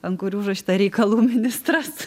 ant kurių užrašyta reikalų ministras